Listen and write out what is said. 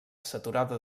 saturada